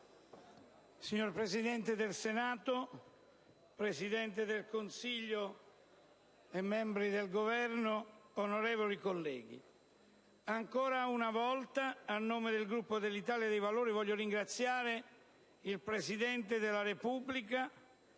Signor Presidente del Senato, Presidente del Consiglio e membri del Governo, onorevoli colleghi, ancora una volta, a nome del Gruppo dell'Italia dei Valori, voglio ringraziare il Presidente della Repubblica